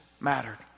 mattered